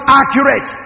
accurate